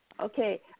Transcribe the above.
Okay